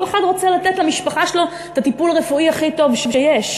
כל אחד רוצה לתת למשפחה שלו את הטיפול הרפואי הכי טוב שיש.